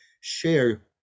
share